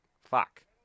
Fuck